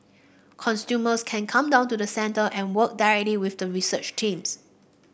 customers can come down to the centre and work directly with the research teams